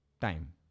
time